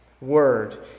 word